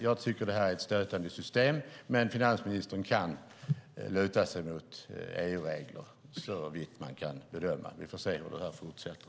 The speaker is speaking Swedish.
Jag tycker att det här är ett stötande system, men finansministern kan luta sig mot EU-regler, såvitt jag kan bedöma. Vi får se hur det här fortsätter.